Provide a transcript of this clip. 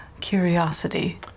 Curiosity